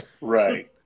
Right